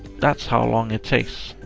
that's how long it takes.